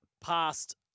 past